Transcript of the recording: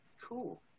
Cool